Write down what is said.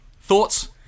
Thoughts